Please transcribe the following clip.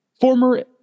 former